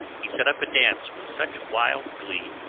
he set up a dance with such wild glee,